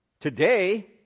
Today